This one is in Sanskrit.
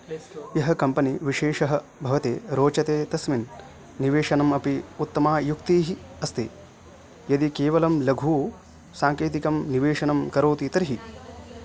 यः कम्पनी विशेषः भवते रोचते तस्मिन् निवेशनम् अपि उत्तमा युक्तिः अस्ति यदि केवलं लघु साङ्केतिकं निवेशनं करोति तर्हि